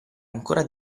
ancora